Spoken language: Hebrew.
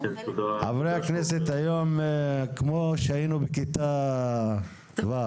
חברי הכנסת היום, כמו שהיינו בכיתה ו'.